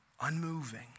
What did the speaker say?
unmoving